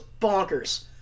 bonkers